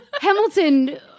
Hamilton